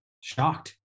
shocked